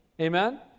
Amen